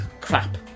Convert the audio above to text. Crap